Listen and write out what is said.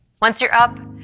once you're up,